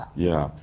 yeah.